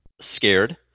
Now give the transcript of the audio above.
scared